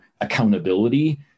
accountability